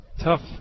tough